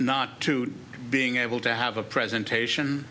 not to being able to have a presentation